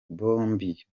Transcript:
bombi